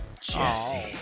Jesse